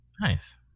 nice